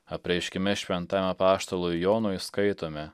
apreiškime šventam apaštalui jonui skaitome